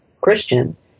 Christians